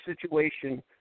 situation